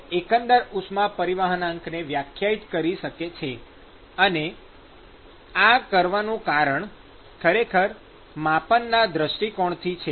કોઈ એકંદર ઉષ્મા પરિવહનાંકને વ્યાખ્યાયિત કરી શકે છે અને આ કરવાનું કારણ ખરેખર માપનના દૃષ્ટિકોણથી છે